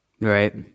Right